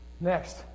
Next